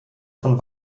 von